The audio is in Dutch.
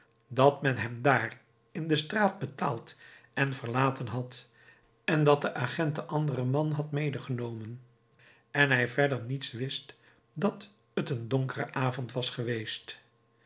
dat men hem dààr in de straat betaald en verlaten had en dat de agent den anderen man had medegenomen en hij verder niets wist dat t een donkere avond was geweest